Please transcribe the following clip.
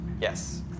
Yes